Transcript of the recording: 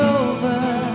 over